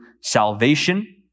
salvation